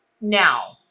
Now